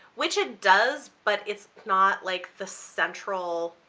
which it does, but it's not like the central